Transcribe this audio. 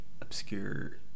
obscure